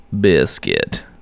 Biscuit